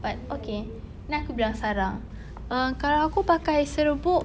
but okay then aku bilang sarah err kalau aku pakai serbuk